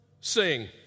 sing